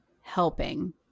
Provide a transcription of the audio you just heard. helping